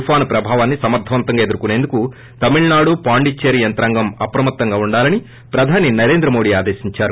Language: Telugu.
తుపాను ప్రభావాన్ని సమర్దవంతంగా ఎదుర్కొనేందుకు తమిళనాడు పుదుచ్చేరి యంత్రాంగం అప్రమత్తంగా ఉండాలని ప్రధాని నరేంద్ర మోడీ ఆదేశించారు